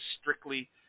strictly